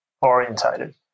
orientated